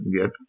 get